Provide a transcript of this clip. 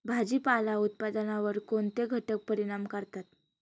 भाजीपाला उत्पादनावर कोणते घटक परिणाम करतात?